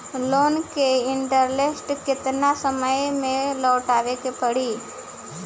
Loan के interest केतना समय में लौटावे के पड़ी?